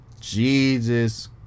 Jesus